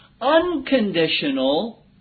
unconditional